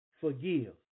forgive